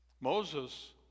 Moses